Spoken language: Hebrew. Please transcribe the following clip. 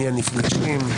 מי הנפגשים,